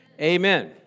amen